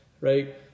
right